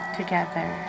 together